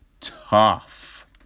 tough